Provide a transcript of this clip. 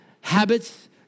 habits